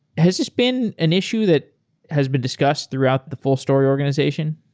has this been an issue that has been discussed throughout the fullstory organization?